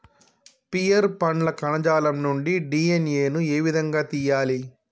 Pear పండ్ల కణజాలం నుండి డి.ఎన్.ఎ ను ఏ విధంగా తియ్యాలి?